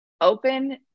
open